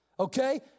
Okay